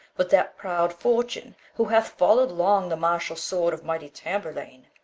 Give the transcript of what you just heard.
but that proud fortune, who hath follow'd long the martial sword of mighty tamburlaine,